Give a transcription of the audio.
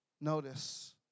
notice